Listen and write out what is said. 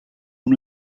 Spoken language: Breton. hon